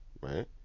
right